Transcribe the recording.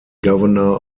governor